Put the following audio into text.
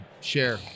share